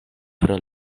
pro